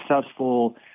successful